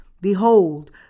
Behold